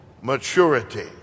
maturity